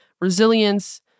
resilience